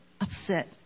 upset